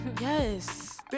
Yes